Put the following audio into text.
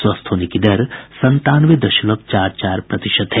स्वस्थ होने की दर संतानवे दशमलव चार चार प्रतिशत है